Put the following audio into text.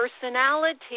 personality